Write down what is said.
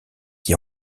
qui